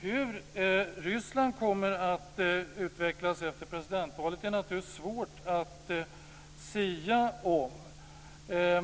Hur Ryssland kommer att utvecklas efter presidentvalet är det naturligtvis svårt att sia om.